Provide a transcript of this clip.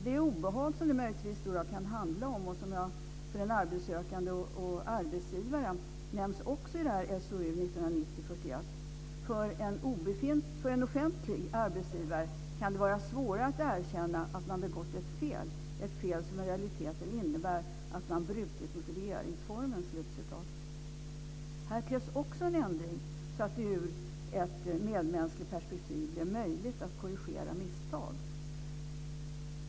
Det obehag som det möjligtvis kan handla om för en arbetssökande och arbetsgivaren nämns också i SOU 1990:41: "För en offentlig arbetsgivare kan det vara svårare att erkänna att man har begått ett fel, ett fel som i realiteten innebär att man har brutit mot regeringsformen." Här krävs också en ändring så att det ur ett medmänskligt perspektiv blir möjligt att korrigera misstag.